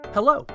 Hello